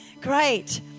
Great